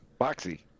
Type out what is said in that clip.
Boxy